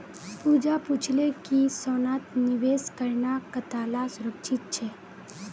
पूजा पूछले कि सोनात निवेश करना कताला सुरक्षित छे